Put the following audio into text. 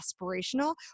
aspirational